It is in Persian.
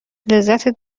لذت